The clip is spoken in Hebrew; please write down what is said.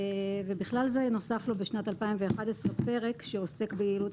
ובכלל זה נוסף לו בשנת 2011 פרק שעוסק ביעילות